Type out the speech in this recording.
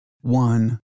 one